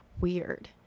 weird